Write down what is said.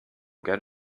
get